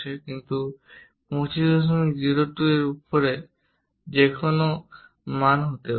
কিন্তু 2502 এর উপরে যেকোন কিছু হতে পারে